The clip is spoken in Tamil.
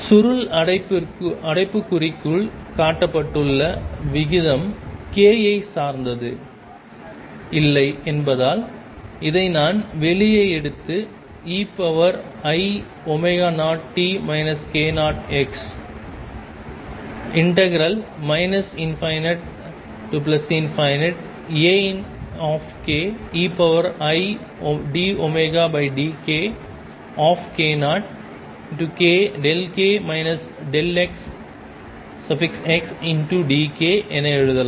சுருள் அடைப்புக்குறிக்குள் காட்டப்பட்டுள்ள விகிதம் k ஐ சார்ந்து இல்லை என்பதால் இதை நான் வெளியே எடுத்து ei0t k0x ∞Akeidωdkk0k kxdk என எழுதலாம்